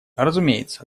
разумеется